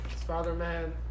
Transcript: Spider-Man